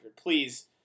Please